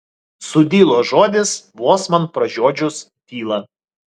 sudilo žodis vos man pražiodžius tylą